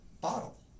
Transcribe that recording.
bottle